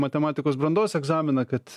matematikos brandos egzaminą kad